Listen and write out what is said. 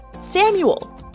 Samuel